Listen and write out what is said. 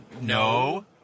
no